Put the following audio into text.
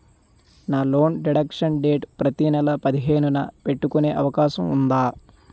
నా loan deduction date ప్రతి నెల పదిహేను న పెట్టుకునే అవకాశం ఉందా?